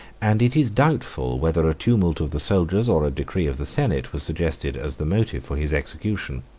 and it is doubtful whether a tumult of the soldiers, or a decree of the senate, was suggested as the motive for his execution.